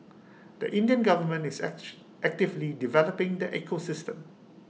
the Indian government is actual actively developing the ecosystem